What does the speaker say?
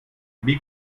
wie